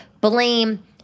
blame